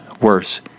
worse